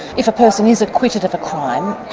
if a person is acquitted of a crime,